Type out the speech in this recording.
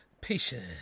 patience